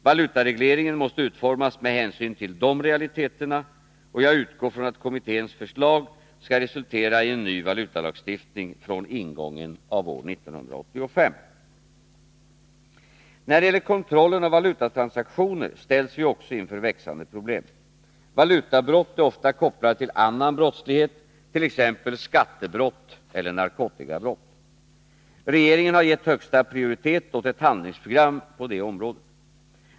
Valutaregleringen måste utformas med hänsyn till dessa realiteter, och jag utgår från att kommitténs förslag skall resultera i en ny valutalagstiftning från ingången av 1985. När det gäller kontrollen av valutatransaktioner ställs vi också inför växande problem. Valutabrott är ofta kopplade till annan brottslighet, t.ex. skattebrott eller narkotikabrott. Regeringen har gett högsta prioritet åt ett handlingsprogram på detta område.